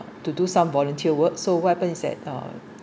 to do some volunteer work so what happened is that uh